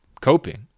coping